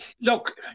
look